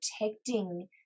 protecting